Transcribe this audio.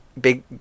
Big